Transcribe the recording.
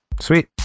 Sweet